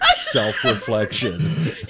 self-reflection